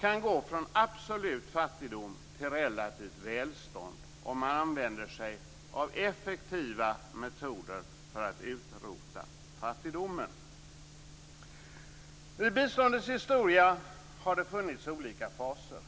kan gå från absolut fattigdom till relativt välstånd om man använder sig av effektiva metoder för att utrota fattigdomen. I biståndets historia har det funnits olika faser.